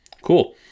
Cool